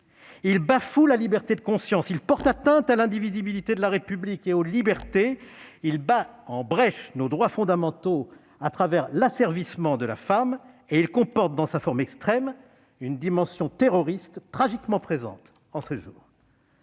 Il bafoue la liberté de conscience. Il porte atteinte à l'indivisibilité de la République et aux libertés. Il bat en brèche nos droits fondamentaux à travers l'asservissement de la femme. Et il comporte, dans sa forme extrême, une dimension terroriste tragiquement présente en ce jour.